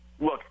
look